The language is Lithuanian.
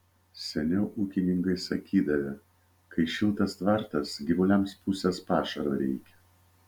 seniau ūkininkai sakydavę kai šiltas tvartas gyvuliams pusės pašaro reikia